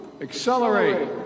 accelerate